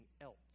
else